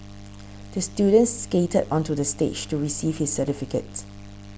the student skated onto the stage to receive his certificate